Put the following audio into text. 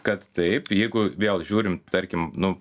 kad taip jeigu vėl žiūrim tarkim nu